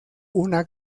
una